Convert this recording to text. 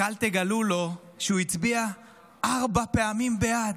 רק אל תגלו לו שהוא הצביע ארבע פעמים בעד.